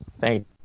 Thank